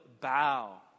bow